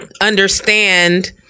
understand